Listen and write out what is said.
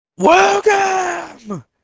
Welcome